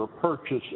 purchase